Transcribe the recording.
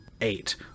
eight